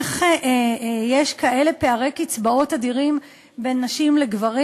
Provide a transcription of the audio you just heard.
איך יש כאלה פערי קצבאות אדירים בין נשים לגברים,